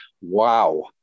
wow